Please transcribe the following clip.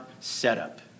setup